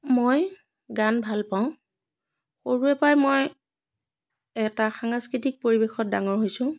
মই গান ভাল পাওঁ সৰুৰে পৰাই মই এটা সাংস্কৃতিক পৰিৱেশত ডাঙৰ হৈছোঁ